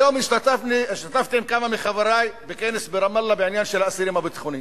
היום השתתפתי עם כמה מחברי בכנס ברמאללה בעניין של האסירים הביטחוניים.